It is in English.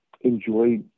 enjoy